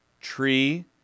Tree